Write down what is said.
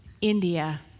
India